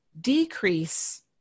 decrease